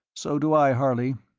so do i, harley.